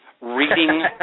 reading